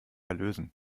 lösen